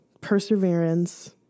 perseverance